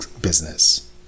business